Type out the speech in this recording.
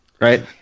Right